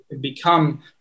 become